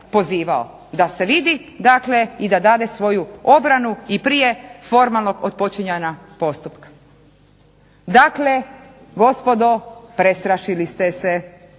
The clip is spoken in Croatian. da se vidi dakle da dade svoju obranu i prije formalnog otpočinjanja postupka. Dakle, gospodo prestrašili ste se,